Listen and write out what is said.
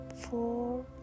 four